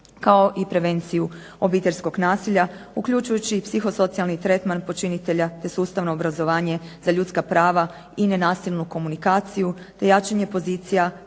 kao i prevenciju obiteljskog nasilja, uključujući i psihosocijalni tretman počinitelja, te sustavno obrazovanje za ljudska prava i nenasilnu komunikaciju te jačanje pozicija